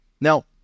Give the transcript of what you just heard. Now